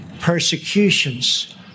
persecutions